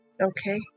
Okay